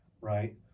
right